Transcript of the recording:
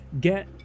get